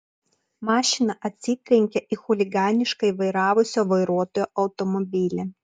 mašina atsitrenkė į chuliganiškai vairavusio vairuotojo automobilį